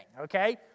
okay